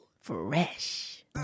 Fresh